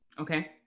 Okay